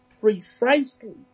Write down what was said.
Precisely